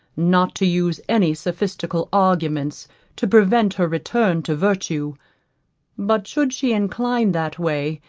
not to use any sophistical arguments to prevent her return to virtue but should she incline that way,